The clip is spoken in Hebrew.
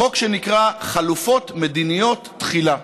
חוק שנקרא חלופות מדיניות תחילה.